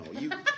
No